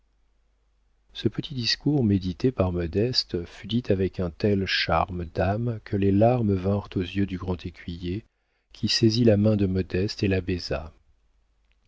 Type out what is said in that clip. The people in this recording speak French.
ce petit discours médité par modeste fut dit avec un tel charme d'âme que les larmes vinrent aux yeux du grand écuyer qui saisit la main de modeste et